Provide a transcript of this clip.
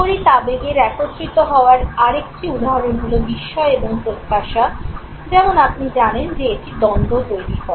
বিপরীত আবেগের একত্রিত হওয়ার আরেকটি উদাহরণ হল বিস্ময় এবং প্রত্যাশা যেমন আপনি জানেন যে এটি দ্বন্দ্ব তৈরি করে